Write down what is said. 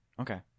Okay